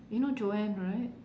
you know Joanne right